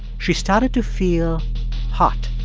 she started to feel hot